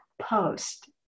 post